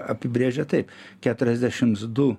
apibrėžia taip keturiasdešims du